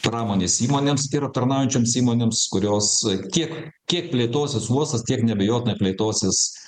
pramonės įmonėms ir aptarnaujančioms įmonėms kurios tiek kiek plėtosis uostas tiek neabejotinai plėtosis